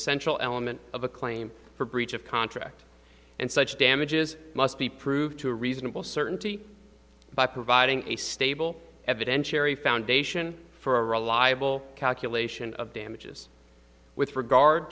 essential element of a claim for breach of contract and such damages must be proved to a reasonable certainty by providing a stable evidentiary foundation for a reliable calculation of damages with regard